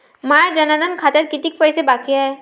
माया जनधन खात्यात कितीक पैसे बाकी हाय?